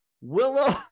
Willow